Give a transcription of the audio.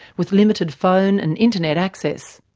with limited phone and internet access.